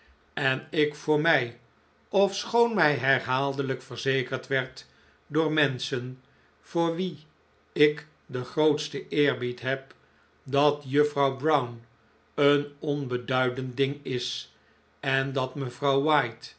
en ik voor mij ofschoon mij herhaaldelijk verzekerd werd door menschen voor wie ik den grootsten eerbied heb dat juffrouw brown een onbeduidend ding is en dat mevrouw white